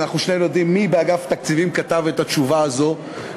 שנינו יודעים מי באגף התקציבים כתב את התשובה הזאת,